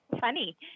funny